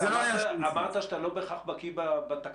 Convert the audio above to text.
אבל אמרת שאתה לא בהכרח בקיא בתקנות.